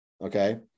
Okay